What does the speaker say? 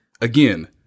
again